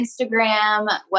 Instagram